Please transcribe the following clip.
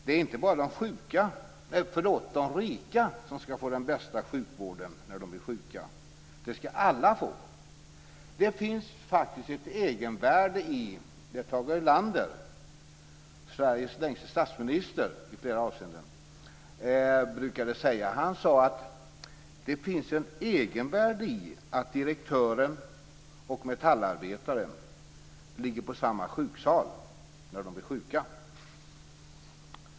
Det är inte heller bara de rika som skall få den bästa sjukvården när de blir sjuka. Det skall alla få. Det finns faktiskt ett egenvärde i, som Tage Erlander, Sveriges längste statsminister i flera avseenden brukade säga, att direktören och metallarbetaren ligger på samma sjuksal när de blir sjuka. Fru talman!